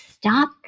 stop